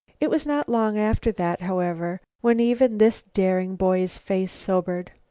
it was not long after that, however, when even this daring boy's face sobered.